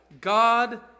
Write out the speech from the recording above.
God